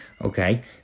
okay